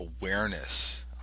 awareness